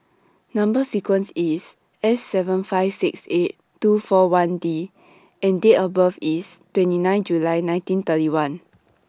Number sequence IS S seven five six eight two four one D and Date of birth IS twenty nine July nineteen thirty one